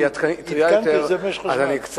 עדכנתי את זה במשך השנה.